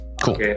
Cool